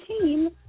team